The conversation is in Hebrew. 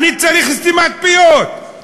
אני צריך סתימת פיות.